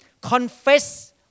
confess